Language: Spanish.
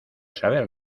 saber